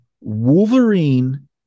Wolverine